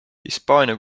hispaania